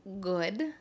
good